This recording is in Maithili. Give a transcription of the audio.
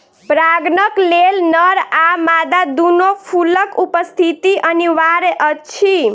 परागणक लेल नर आ मादा दूनू फूलक उपस्थिति अनिवार्य अछि